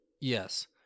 Yes